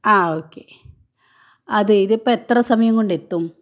ആ ഓക്കേ അതെ ഇത് ഇപ്പം എത്ര സമയം കൊണ്ട് എത്തും